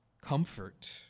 comfort